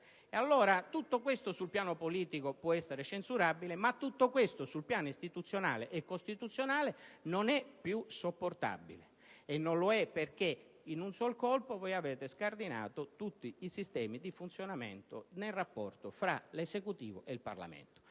*spot*. Tutto questo sul piano politico può essere censurabile, ma sul piano istituzionale e costituzionale non è più sopportabile. Non lo è perché in un sol colpo avete scardinato tutti i sistemi di funzionamento nel rapporto tra l'Esecutivo ed il Parlamento.